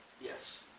Yes